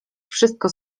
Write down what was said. wszystko